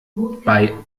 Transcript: bei